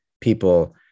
people